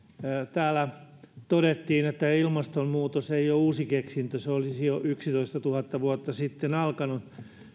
täällä todettiin että ilmastonmuutos ei ole uusi keksintö että se olisi jo yksitoistatuhatta vuotta sitten alkanut